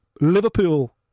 Liverpool